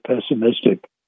pessimistic